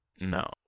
No